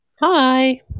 Hi